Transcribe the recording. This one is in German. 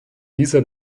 dieser